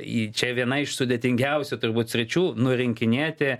čia viena iš sudėtingiausių turbūt sričių nurinkinėti